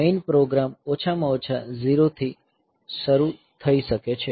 main program ઓછામાં ઓછા 0 થી શરૂ થઈ શકે છે